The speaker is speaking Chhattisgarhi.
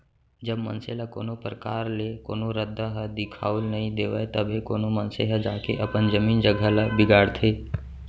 जब मनसे ल कोनो परकार ले कोनो रद्दा ह दिखाउल नइ देवय तभे कोनो मनसे ह जाके अपन जमीन जघा ल बिगाड़थे